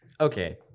Okay